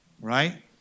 right